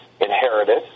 inherited